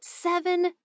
seven